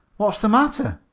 what's the matter?